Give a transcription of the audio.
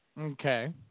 Okay